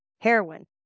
heroin